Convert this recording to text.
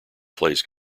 plays